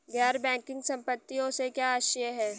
गैर बैंकिंग संपत्तियों से क्या आशय है?